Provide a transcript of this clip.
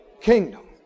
Kingdom